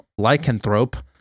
lycanthrope